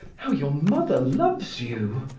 how your mother loves you!